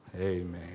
Amen